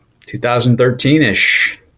2013-ish